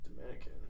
Dominican